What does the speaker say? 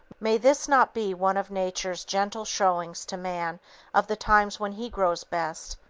may this not be one of nature's gentle showings to man of the times when he grows best,